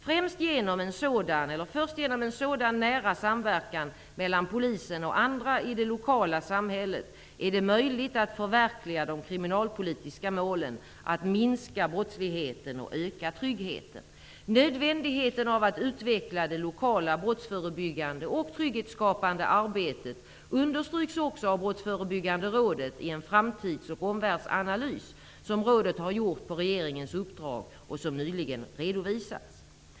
Först genom en sådan nära samverkan mellan polisen och andra i det lokala samhället är det möjligt att förverkliga de kriminalpolitiska målen att minska brottsligheten och öka tryggheten. Nödvändigheten av att utveckla det lokala brottsförebyggande och trygghetsskapande arbetet understryks också av Brottsförebyggande rådet i en framtids och omvärldsanalys, som rådet har gjort på regeringens uppdrag och som nyligen redovisats.